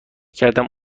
کردم